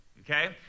Okay